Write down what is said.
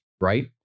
right